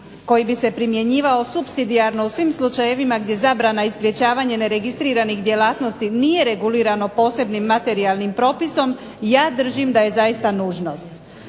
koji bi se primjenjivao supsidijarno u svim slučajevima gdje zabrana i sprječavanje neregistriranih djelatnosti nije regulirano posebnim materijalnim propisom, ja držim da je zaista nužnost.